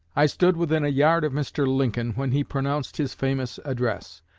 i stood within a yard of mr. lincoln when he pronounced his famous address.